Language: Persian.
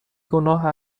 گناه